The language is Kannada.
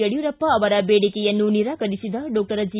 ಯಡ್ಕೂರಪ್ಪ ಅವರ ಬೇಡಿಕೆಯನ್ನು ನಿರಾಕರಿಸಿದ ಡಾಕ್ಷರ್ ಜಿ